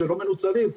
שלא מנוצלים.